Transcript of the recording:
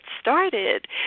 started